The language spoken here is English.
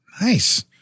Nice